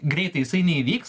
greitai jisai neįvyks